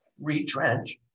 retrench